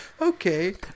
okay